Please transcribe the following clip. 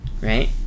right